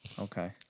Okay